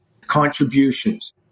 contributions